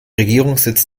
regierungssitz